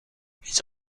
his